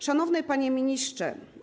Szanowny Panie Ministrze!